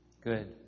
good